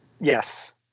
Yes